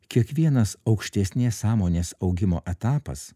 kiekvienas aukštesnės sąmonės augimo etapas